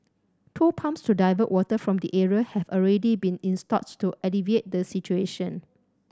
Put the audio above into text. two pumps to divert water from the area have already been installed to alleviate the situation